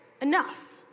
enough